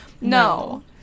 No